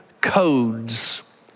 codes